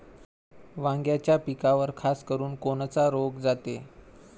वांग्याच्या पिकावर खासकरुन कोनचा रोग जाते?